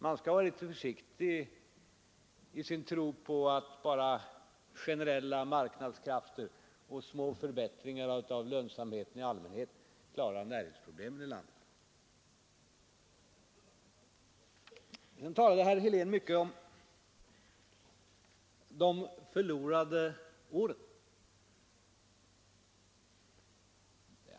Man bör vara litet försiktig i sin tro på att generella marknadskrafter och smärre förbättringar av lönsamheten i allmänhet klarar näringsproblemen i landet. Herr Helén talade mycket om de förlorade åren.